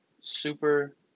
super